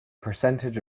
percentage